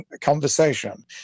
conversation